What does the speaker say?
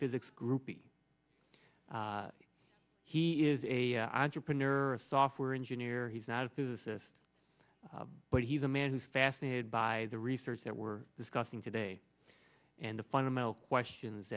physics groupie he is a entrepreneur a software engineer he's not a physicist but he's a man who's fascinated by the research that we're discussing today and the fundamental questions